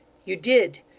you did.